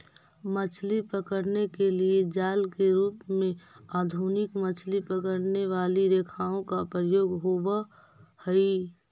मछली पकड़ने के लिए जाल के रूप में आधुनिक मछली पकड़ने वाली रेखाओं का प्रयोग होवअ हई